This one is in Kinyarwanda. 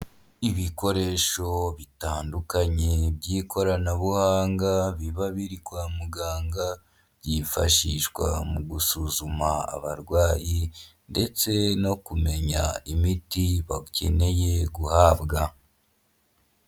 Ibikoresho bitandukanye by'ikoranabuhanga biba biri kwa muganga byifashishwa mu gusuzuma abarwayi ndetse no kumenya imiti bakeneye guhabwa.